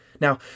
Now